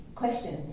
question